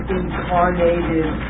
incarnated